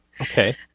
okay